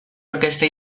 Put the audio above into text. orquesta